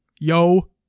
Yo